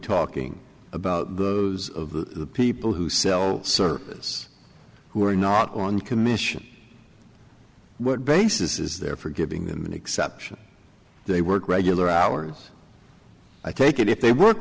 talking about those of the people who sell service who are not on commission what basis is there for giving them an exception they work regular hours i take it if they work